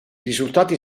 risultati